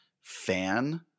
fan